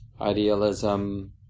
idealism